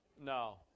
No